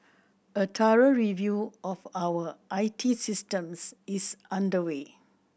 a thorough review of our I T systems is underway